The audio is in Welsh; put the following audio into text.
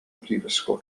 mhrifysgol